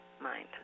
mind